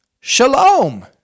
Shalom